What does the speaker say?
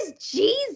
Jesus